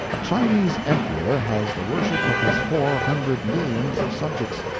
a chinese emperor has the worship of his four hundred millions of subjects,